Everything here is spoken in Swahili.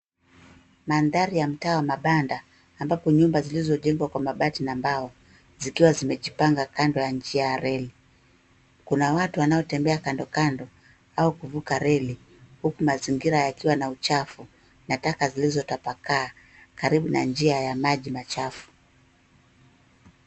Mandhari ya mtaa wa mabanda ambapo nyumba zilizojengwa kwa mabati na mbao zikiwa zimejipanga kando ya njia ya reli kuna watu wanaotembea kando kando au kuvuka reli huku mazingira yakiwa na uchafu na taka zilizotapakaa karibu na njia ya maji machafu.